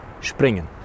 springen